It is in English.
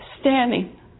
standing